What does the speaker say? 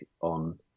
on